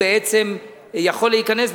שיכול להיקנס,